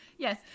Yes